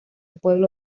pueblo